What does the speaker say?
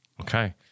Okay